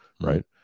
right